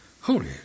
Holy